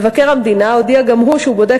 מבקר המדינה הודיע גם הוא שהוא בודק